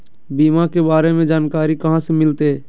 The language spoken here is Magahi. बीमा के बारे में जानकारी कहा से मिलते?